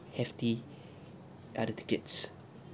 hefty other tickets